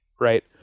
right